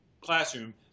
classroom